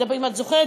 אם את זוכרת,